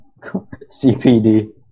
CPD